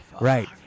right